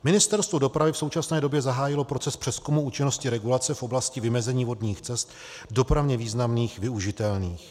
Ministerstvo dopravy v současné době zahájilo proces přezkumu účinnosti regulace v oblasti vymezení vodních cest dopravně významných, využitelných.